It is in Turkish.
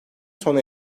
sona